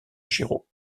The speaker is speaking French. giraud